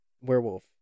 Werewolf